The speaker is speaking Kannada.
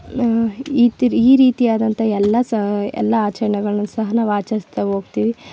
ಈ ತಿರಿ ಈ ರೀತಿಯಾದಂಥ ಎಲ್ಲ ಸ ಎಲ್ಲ ಆಚರಣೆಗಳನ್ನು ಸಹ ನಾವು ಆಚರಿಸ್ತ ಹೋಗ್ತೀವಿ